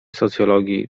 socjologii